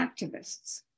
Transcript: activists